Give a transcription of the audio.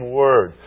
word